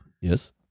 Yes